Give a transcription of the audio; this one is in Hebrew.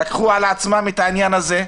לקחו על עצמם את העניין הזה,